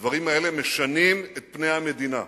הדברים האלה משנים את פני המדינה.